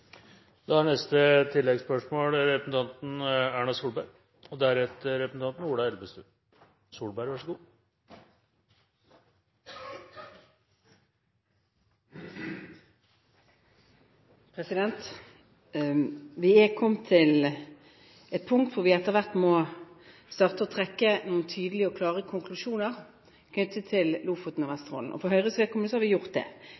Erna Solberg – til oppfølgingsspørsmål. Vi har kommet til et punkt hvor vi etter hvert må starte og trekke noen klare og tydelige konklusjoner knyttet til Lofoten og Vesterålen, og for Høyres vedkommende har vi gjort det.